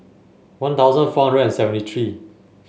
One Thousand four hundred and seventy three